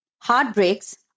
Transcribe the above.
Heartbreaks